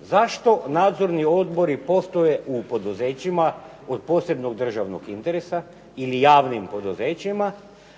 Zašto nadzorni odbori postoje u poduzećima od posebnog državnog interesa ili javnim poduzećima